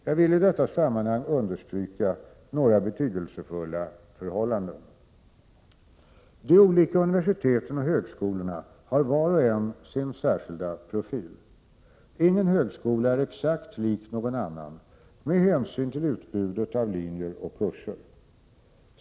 Jag vill i detta sammanhang understryka några betydelsefulla förhållanden. De olika universiteten och högskolorna har var och en sin särskilda profil. Ingen högskola är exakt lik någon annan med hänsyn till utbudet av linjer och kurser.